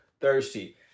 thirsty